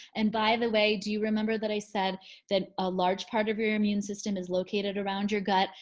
and by the way, do you remember that i said that a large part of your your immune system is located around your gut?